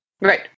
Right